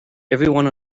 everyone